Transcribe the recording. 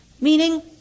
meaning